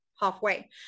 halfway